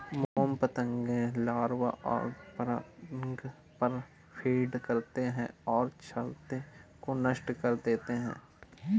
मोम पतंगे लार्वा और पराग पर फ़ीड करते हैं और छत्ते को नष्ट कर देते हैं